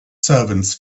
servants